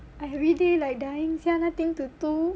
everyday like dying sia nothing to do